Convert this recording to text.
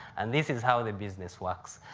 and this is how the business works.